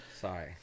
Sorry